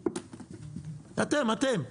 אתם, אתם,